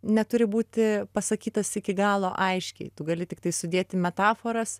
neturi būti pasakytas iki galo aiškiai tu gali tiktai sudėti metaforas